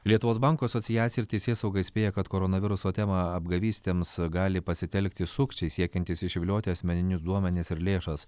lietuvos bankų asociacija ir teisėsauga įspėja kad koronaviruso temą apgavystėms gali pasitelkti sukčiai siekiantys išvilioti asmeninius duomenis ir lėšas